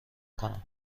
کنم